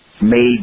made